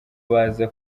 baza